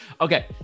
Okay